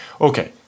Okay